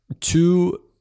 two